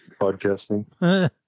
podcasting